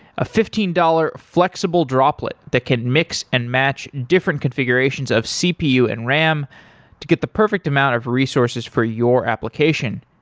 a fifteen dollars flexible droplet that can mix and match different configurations of cpu and ram to get the perfect amount of resources for your application.